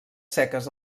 seques